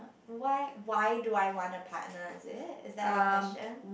why why do I want a partner is it is that the question